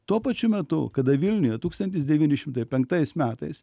tuo pačiu metu kada vilniuje tūkstantis devyni šimtai penktais metais